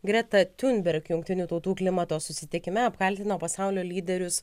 greta tiunberg jungtinių tautų klimato susitikime apkaltino pasaulio lyderius